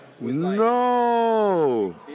no